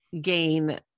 gain